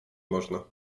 można